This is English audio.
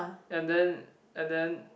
and then and then